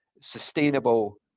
sustainable